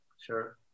sure